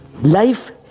life